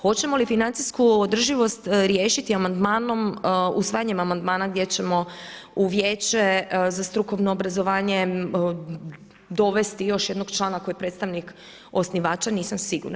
Hoćemo li financijsku održivost riješiti amandmanom, usvajanjem amandmana gdje ćemo u Vijeće za strukovno obrazovanje dovesti još jednog člana koji je predstavnik osnivača, nisam sigurna.